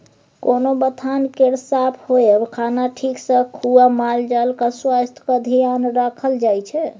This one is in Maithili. कोनो बथान केर साफ होएब, खाना ठीक सँ खुआ मालजालक स्वास्थ्यक धेआन राखल जाइ छै